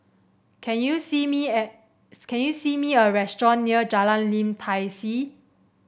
can you see me at can you see me a restaurant near Jalan Lim Tai See